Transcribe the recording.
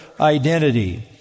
identity